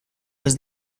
was